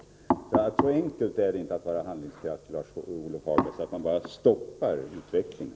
Så enkelt är det alltså inte att vara handlingskraftig, Lars-Ove Hagberg, att bara stoppa utvecklingen.